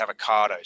avocados